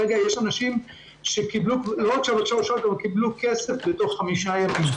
רגע יש אנשים שקיבלו כסף תוך חמישה ימים.